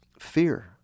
fear